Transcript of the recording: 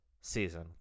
season